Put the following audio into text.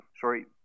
sorry –